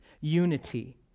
unity